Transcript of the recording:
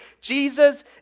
Jesus